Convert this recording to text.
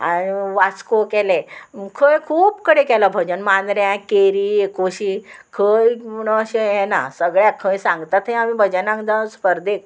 वास्को केले खंय खूब कडेन केलो भजन मांदऱ्यांक केरी एकोशी खंय म्हणून अशें येना सगळ्याक खंय सांगता थंय आमी भजनाक जावं स्पर्धेक